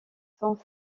son